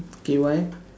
okay why